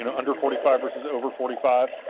and under forty five verses over forty five.